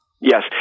Yes